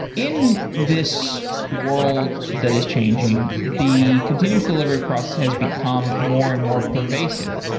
in this world that is changing, the continuous delivery process has become more and more pervasive,